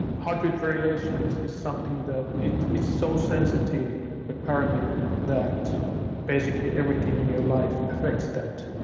heart rate variation is is something that. it's it's so sensitive a parameter that basically everything in your life affects that,